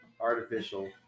artificial